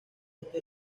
este